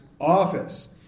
office